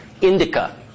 Indica